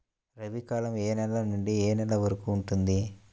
రబీ కాలం ఏ నెల నుండి ఏ నెల వరకు ఉంటుంది?